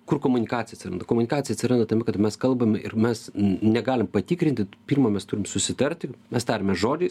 kur komunikacija atsiranda komunikacija atsiranda tame kad mes kalbam ir mes negalim patikrinti pirma mes turim susitarti mes tariamės žodžiais